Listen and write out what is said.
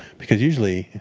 because usually,